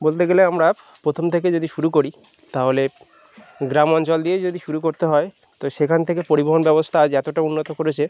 বলতে গেলে আমরা প্রথম থেকে যদি শুরু করি তাহলে গ্রাম অঞ্চল দিয়ে যদি শুরু করতে হয় তো সেখান থেকে পরিবহন ব্যবস্থা আজ এতোটা উন্নত করেছে